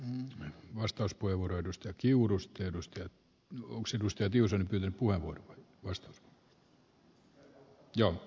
ön vastauspuheenvuoro edusta kiurusta edustajat kokousedustajat jos yle puhe tolkuttoman syviksi